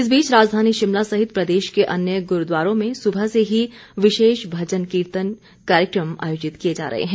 इस बीच राजधानी शिमला सहित प्रदेश के अन्य गुरूद्वारों में सुबह से ही विशेष भजन कीर्तन कार्यक्रम आयोजित किए जा रहे हैं